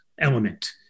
element